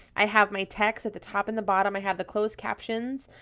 i have my text at the top and the bottom, i have the closed captions,